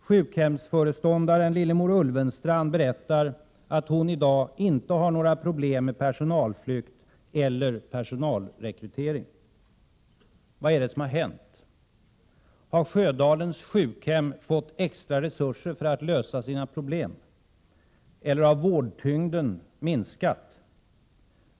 Sjukhemsföreståndaren Lillemor Ulvenstrand berättar att hon inte har några problem med personalflykt eller personalrekrytering. Vad är det som har hänt? Har Sjödalens sjukhem fått extra resurser för att lösa sina problem, eller har vårdtyngden minskat?